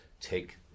take